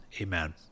Amen